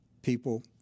People